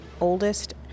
oldest